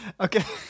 Okay